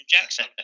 Jackson